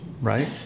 right